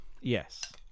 Yes